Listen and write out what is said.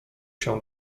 się